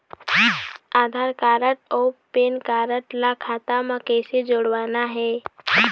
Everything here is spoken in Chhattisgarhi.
आधार कारड अऊ पेन कारड ला खाता म कइसे जोड़वाना हे?